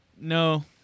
no